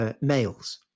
males